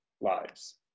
lives